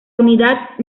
unidad